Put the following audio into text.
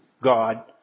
God